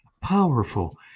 powerful